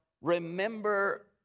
Remember